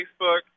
Facebook